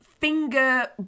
finger